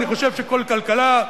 אני חושב שכל כלכלה,